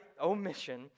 omission